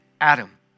Adam